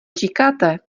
říkáte